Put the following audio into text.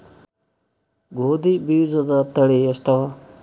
ಗೋಧಿ ಬೀಜುದ ತಳಿ ಎಷ್ಟವ?